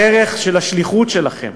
הערך של השליחות שלכם.